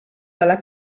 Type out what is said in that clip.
dalla